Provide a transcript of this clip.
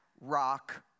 rock